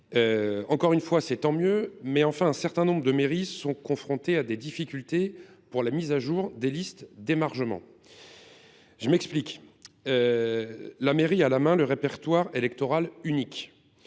encore, c’est tant mieux, mais un certain nombre de mairies sont confrontées à des difficultés pour actualiser leurs listes d’émargement. Je m’explique : la mairie a la main sur le répertoire électoral unique